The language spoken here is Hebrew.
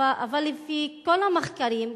אבל לפי כל המחקרים,